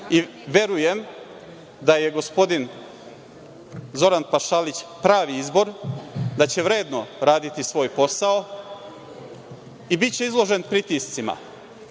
Verujem da je gospodin Zoran Pašalić pravi izbor, da će vredno raditi svoj posao i biće izložen pritiscima